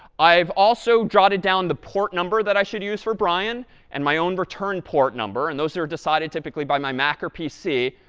i've also jotted down the port number that i should use for brian and my own return port number. and those are decided typically by my mac or pc.